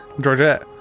Georgette